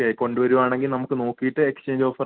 നൂറ് ശതമാനം വിജയം അതേ അതേ അതേ